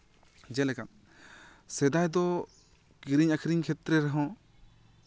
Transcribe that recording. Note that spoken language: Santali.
ᱡᱮᱞᱮᱠᱟ ᱥᱮᱫᱟᱭ ᱫᱚ ᱠᱤᱨᱤᱧ ᱟᱠᱷᱨᱤᱧ ᱠᱷᱮᱛᱨᱮ ᱨᱮᱦᱚᱸ